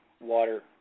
water